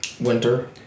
Winter